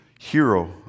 hero